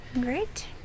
Great